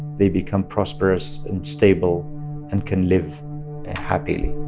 they become prosperous and stable and can live happily